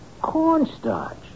Cornstarch